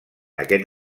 aquest